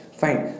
fine